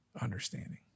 understanding